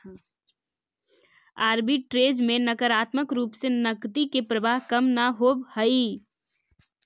arbitrage में नकारात्मक रूप से नकदी के प्रवाह कम न होवऽ हई